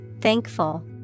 thankful